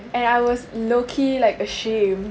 and I was low-key like ashamed